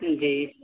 جی